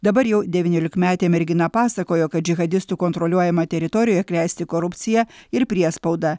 dabar jau devyniolikmetė mergina pasakojo kad džihadistų kontroliuojama teritorijoje klesti korupcija ir priespauda